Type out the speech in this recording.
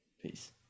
peace